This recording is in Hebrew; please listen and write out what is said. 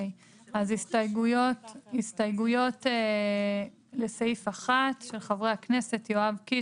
אז הסתייגויות לסעיף 1 של חברי הכנסת יואב קיש,